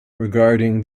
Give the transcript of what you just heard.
regarding